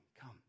come